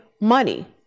money